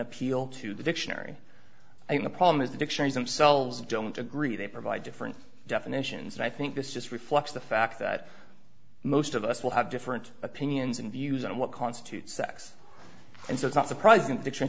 appeal to the dictionary i mean the problem is the dictionaries themselves don't agree they provide different definitions and i think this just reflects the fact that most of us will have different opinions and views on what constitutes sex and so it's not surprising